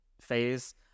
phase